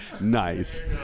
Nice